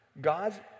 God's